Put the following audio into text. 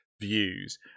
views